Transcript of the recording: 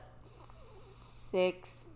six